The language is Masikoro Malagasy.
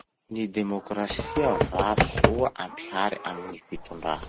Ny demokrasia va soa ampihary amy gny fitondrà?